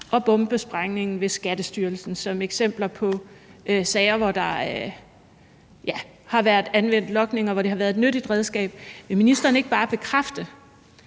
og bombesprængningen ved Skattestyrelsen som to eksempler på sager, hvor der har været anvendt logning, og hvor det har været et nyttigt redskab. Vil ministeren ikke bare bekræfte,